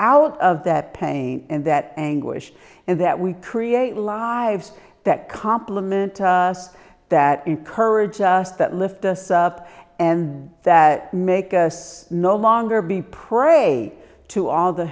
out of that pain and that anguish and that we create lives that complement us that encourage us that lift us up and that make us no longer be prey to all the